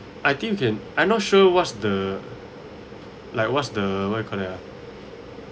I think can I'm not sure what's the like what's the what do you call that ah